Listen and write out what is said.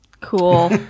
Cool